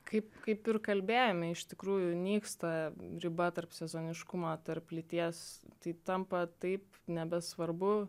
kaip kaip ir kalbėjome iš tikrųjų nyksta riba tarp sezoniškumo tarp lyties tai tampa taip nebesvarbu